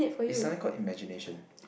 is something called imagination